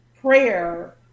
prayer